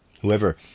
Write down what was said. whoever